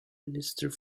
minister